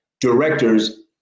directors